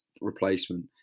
replacement